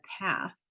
path